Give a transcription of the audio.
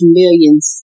millions